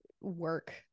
work